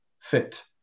fit